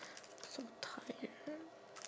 so tired